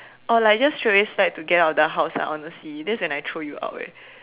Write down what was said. or like just straight away slide to get out of the house lah honestly that's when I throw you out eh